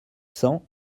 cents